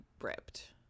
ripped